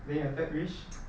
then your third wish